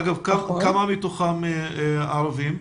אגב, כמה מתוכם ערבים?